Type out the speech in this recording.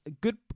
Good